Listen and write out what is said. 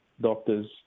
doctors